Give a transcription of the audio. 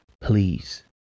Please